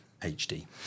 HD